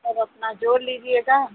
सब अपना जोड़ लीजिएगा